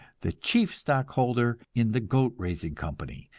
the chief stockholder in the goat-raising company,